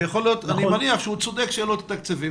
אני מניח שהוא צודק שאין לו את התקציבים,